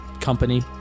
company